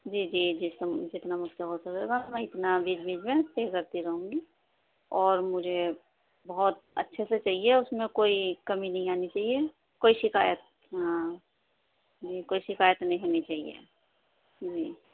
جی جی جتنا مجھ سے ہو سکے گا میں اتنا بیچ بیچ میں پے کرتی رہوں گی اور مجھے بہت اچھے سے چاہیے اس میں کوئی کمی نہیں آنی چاہیے کوئی شکایت ہاں جی کوئی شکایت نہیں ہونی چاہیے جی